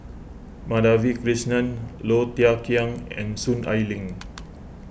Madhavi Krishnan Low Thia Khiang and Soon Ai Ling